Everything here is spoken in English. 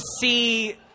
see